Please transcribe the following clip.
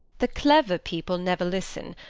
the clever people never listen,